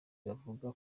bavuga